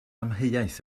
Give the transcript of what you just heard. amheuaeth